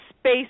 space